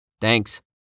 Thanks